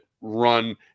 run